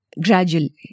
gradually